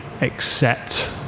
accept